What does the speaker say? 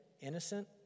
innocent